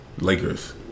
Lakers